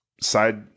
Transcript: side